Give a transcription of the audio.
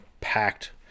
packed